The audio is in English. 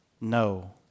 no